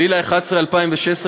7 בנובמבר 2016,